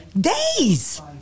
days